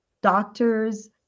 Doctors